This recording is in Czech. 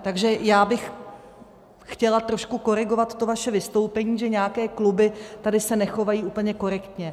Takže já bych chtěla trošku korigovat to vaše vystoupení, že nějaké kluby tady se nechovají úplně korektně.